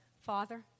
Father